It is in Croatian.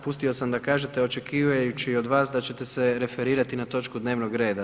Pustio sam da kažete očekivajući od vas da ćete se referirati na točku dnevnog reda.